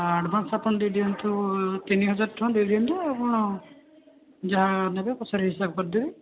advance ଆପଣ ଦେଇ ଦିଅନ୍ତୁ ତିନିହଜାର ଟଙ୍କା ଦେଇ ଦିଅନ୍ତୁ ଆପଣ ଯାହା ନେବେ ପଛରେ ହିସାବ କରିଦେବି